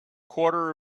quarter